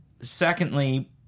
secondly